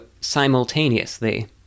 simultaneously